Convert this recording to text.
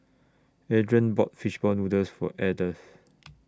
Adrain bought Fish Ball Noodles For Ardeth